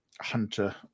hunter